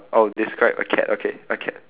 I would describe a cat okay a cat